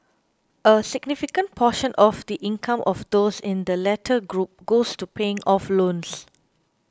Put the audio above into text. a significant portion of the income of those in the latter group goes to paying off loans